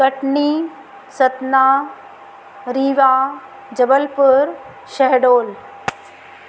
Katni Satna Rewa Jabalpur Shahdol